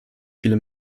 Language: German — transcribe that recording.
viele